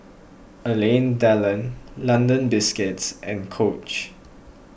Alain Delon London Biscuits and Coach